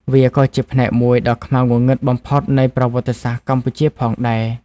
វាក៏ជាផ្នែកមួយដ៏ខ្មៅងងឹតបំផុតនៃប្រវត្តិសាស្ត្រកម្ពុជាផងដែរ។